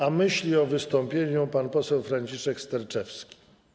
A myśli o wystąpieniu pan poseł Franciszek Sterczewski.